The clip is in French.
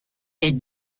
est